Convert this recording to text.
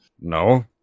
No